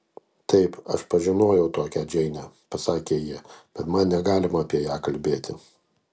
taip aš pažinojau tokią džeinę pasakė ji bet man negalima apie ją kalbėti